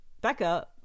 becca